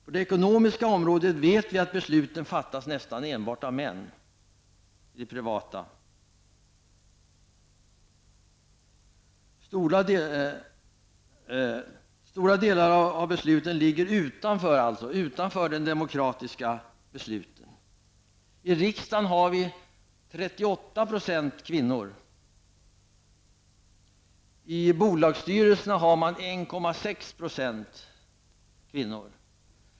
På det privata ekonomiska området vet vi att besluten fattas nästan enbart av män. Många beslut ligger alltså utanför det demokratiska området. I riksdagen har vi 38 % kvinnor, medan man i bolagsstyrelserna har 1,6 % kvinnor.